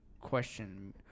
question